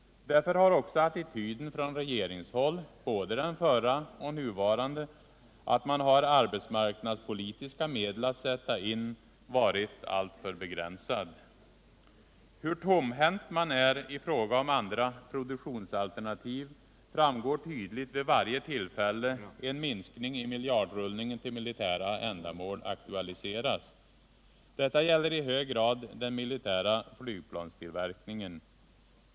Därför har regeringens attityd, både den förra och den nuvarande regeringens, att man har arbetsmarknadspolitiska medel att sätta in, inneburit en alltför stor begränsning. Hur tomhänt man är i fråga om andra produktionsalternativ framgår tydligt vid varje tillfälle en minskning i miljardrullningen till militära ändamål 127 aktualiseras. Detta gäller i hög grad den militära flygplanstillverkningen.